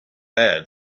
had